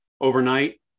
overnight